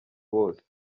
bose